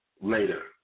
later